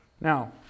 Now